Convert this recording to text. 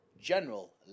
General